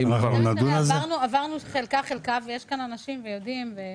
עברנו חלקה-חלקה, ויש כאן אנשים שיודעים.